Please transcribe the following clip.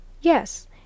Yes